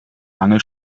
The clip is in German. mangel